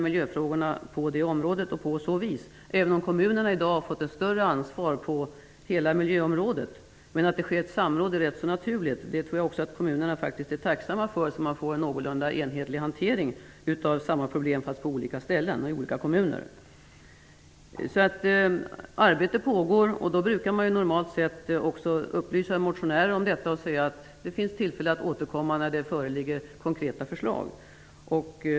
Miljöfrågorna brukar hanteras så. Kommunerna har i dag fått ett större ansvar på hela miljöområdet. Men det är rätt naturligt att det sker ett samråd. Jag tror också att kommunerna är rätt tacksamma för att det blir en någorlunda enhetlig hantering av samma problem fast på olika ställen i olika kommuner. Arbete pågår. Då brukar man normalt sett upplysa motionärerna om det och framhålla att det finns tillfälle att återkomma när det föreligger konkreta förslag.